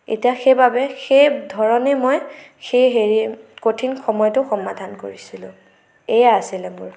এতিয়া সেইবাবে সেই ধৰণে মই সেই হেৰি কঠিন সময়টো সমাধান কৰিছিলোঁ এয়া আছিল মোৰ